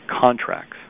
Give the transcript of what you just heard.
Contracts